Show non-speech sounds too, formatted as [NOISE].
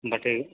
[UNINTELLIGIBLE]